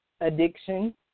addiction